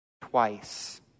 twice